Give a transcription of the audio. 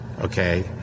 okay